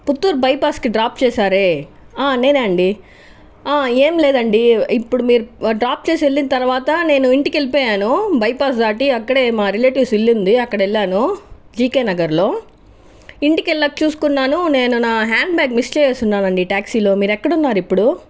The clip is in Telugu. పుత్తూరు బైపాస్ కి డ్రాప్ చేసారే నేనే అండి ఏం లేదండి ఇప్పుడు మీరు డ్రాప్ చేసి వెళ్ళిన తర్వాత నేను ఇంటికి వెళ్ళిపోయాను బైపాస్ దాటి అక్కడే మా రిలెటివ్స్ ఇల్లు ఉంది అక్కడ ఎళ్ళాను జికే నగర్లో ఇంటికెళ్ళాక చూసుకున్నాను నేను నా హ్యాండ్ బ్యాగ్ మిస్ చేసేసున్నానండి ట్యాక్సీ లో మీరు ఎక్కడున్నారు ఇప్పుడు